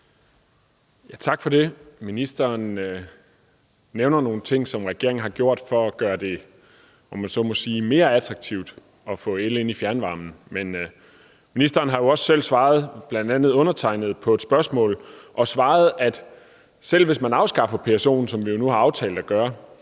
Tak for det. Ministeren nævner nogle ting, som regeringen har gjort for at gøre det, om jeg så må sige, mere attraktivt at få el ind i fjernvarmen. Men ministeren har jo også selv svaret bl.a. undertegnede på et spørgsmål, og svaret var, at selv hvis vi afskaffer PSO'en, som vi nu har aftalt at gøre,